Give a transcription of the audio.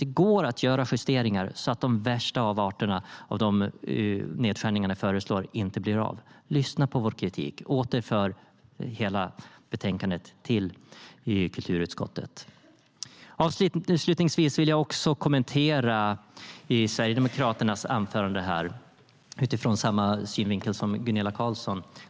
Det går att göra justeringar, så att de värsta avarterna av de nedskärningar ni föreslår inte blir av. Lyssna på vår kritik! Återför hela betänkandet till kulturutskottet! Avslutningsvis vill jag kommentera Sverigedemokraternas anförande från samma synvinkel som Gunilla Carlsson.